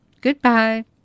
Goodbye